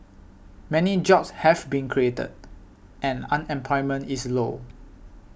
many jobs have been created and unemployment is low